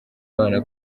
abana